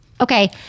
Okay